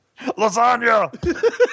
lasagna